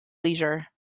leisure